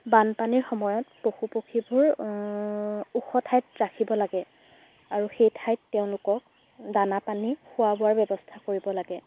বানপানীৰ সময়ত পশু পক্ষীবোৰ ওখ ঠাইত ৰাখিব লাগে আৰু সেই ঠাইত তেওঁলোকক দানা পানী খোৱা বোৱাৰ ব্যৱস্থা কৰিব লাগে